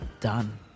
done